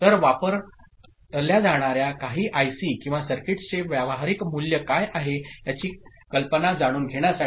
तर वापरल्या जाणार्या काही आयसी किंवा सर्किट्सचे व्यावहारिक मूल्य काय आहे याची कल्पना जाणून घेण्यासाठी